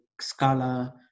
Scala